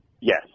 Yes